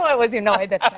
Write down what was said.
was you. know